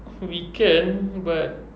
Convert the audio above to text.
we can but